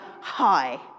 high